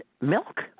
milk